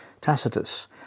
Tacitus